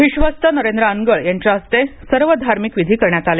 विश्वस्त नरेंद्र अनगळ यांच्या हस्ते सर्व धार्मिक विधी करण्यात आले